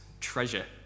treasure